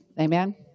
Amen